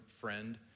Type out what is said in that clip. friend